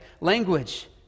language